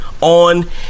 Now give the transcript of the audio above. on